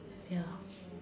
ya